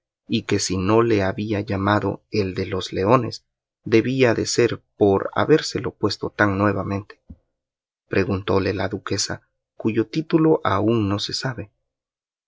y que si no le había llamado el de los leones debía de ser por habérsele puesto tan nuevamente preguntóle la duquesa cuyo título aún no se sabe